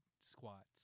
squats